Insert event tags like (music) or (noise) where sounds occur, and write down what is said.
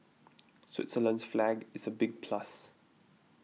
(noise) Switzerland's flag is a big plus